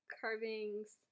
carvings